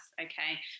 Okay